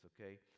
Okay